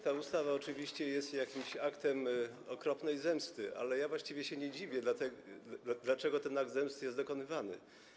Ta ustawa oczywiście jest jakimś aktem okropnej zemsty, ale ja właściwie się nie dziwię, że ten akt zemsty jest dokonywany.